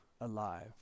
alive